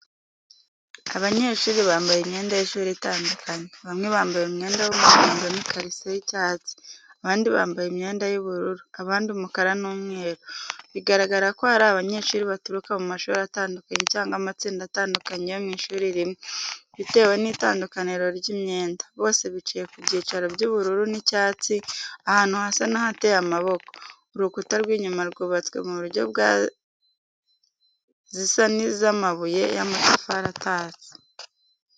Abanyeshuri bambaye imyenda y’ishuri itandukanye: bamwe bambaye umwenda w’umuhondo n’ikariso y’icyatsi, abandi bambaye imyenda y’ubururu, abandi umukara n’umweru. Bigaragara ko ari abanyeshuri baturuka mu mashuri atandukanye cyangwa amatsinda atandukanye yo mu ishuri rimwe, bitewe n’itandukaniro ry’imyenda. Bose bicaye ku byicaro by’ubururu n’icyatsi, ahantu hasa n’ahateye amaboko. Urukuta rw’inyuma rwubatswe mu buryo bwa, zisa n’iza amabuye y’amatafari atatse.